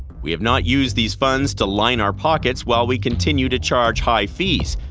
we have not used these funds to line our pockets while we continue to charge high fees.